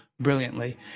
brilliantly